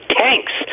tanks